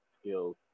skills